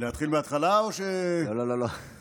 להתחיל מהתחלה או, לא, לא, לא.